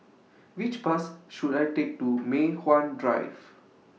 Which Bus should I Take to Mei Hwan Drive